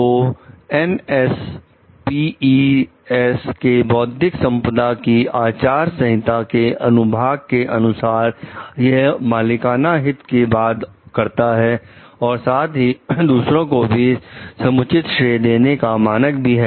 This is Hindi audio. तो एनएसपी के बौद्धिक संपदा की आचार संहिता के अनुभाग के अनुसार यह मालिकाना हित की बात करता है और साथ ही दूसरों को भी समुचित श्रेय देने का मानक भी है